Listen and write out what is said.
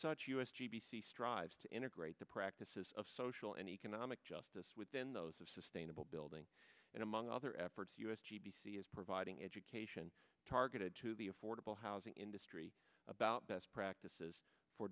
such u s g b c strives to integrate the practices of social and economic justice within those of sustainable building and among other efforts u s g b c is providing education targeted to the affordable housing industry about best practices for